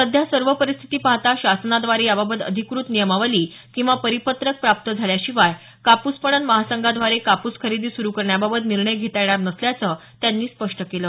सध्या सर्व परिस्थिती पाहता शासनाद्वारे याबाबत अधिकृत नियमावली किंवा परिपत्रक प्राप्त झाल्या शिवाय कापूस पणन महासंघाद्वारे कापूस खरेदी सुरु करण्याबाबत निर्णय घेता येणार नसल्याचं त्यांनी स्पष्ट केलं